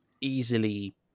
easily